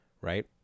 right